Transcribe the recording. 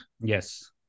Yes